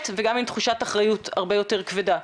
וגם עם תחושת אחריות הרבה יותר כבדה,